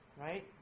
right